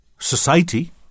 Society